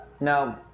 No